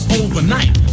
overnight